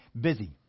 busy